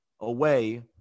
away